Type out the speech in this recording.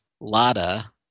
Lada